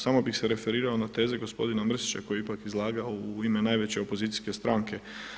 Samo bih se referirao na tezu gospodina Mrsića koji je ipak izlagao u ime najveće opozicijske stranke.